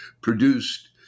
produced